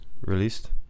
released